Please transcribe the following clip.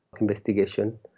investigation